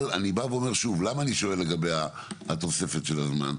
אני אומר למה אני שואל לגבי התוספת של הזמן.